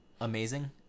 amazing